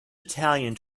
italian